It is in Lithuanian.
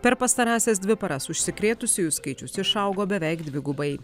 per pastarąsias dvi paras užsikrėtusiųjų skaičius išaugo beveik dvigubai